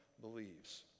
believes